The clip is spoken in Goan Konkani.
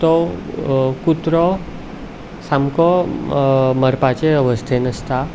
तो कुत्रो सामको मरपाचे अवस्थेंत आसता